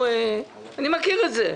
אני מכיר את זה,